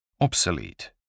Obsolete